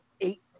eight